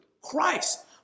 Christ